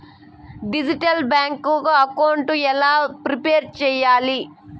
Digital bank account ఎలా prepare సెయ్యాలి?